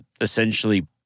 essentially